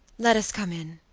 let us come in.